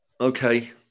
Okay